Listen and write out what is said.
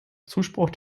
zuspruch